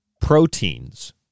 proteins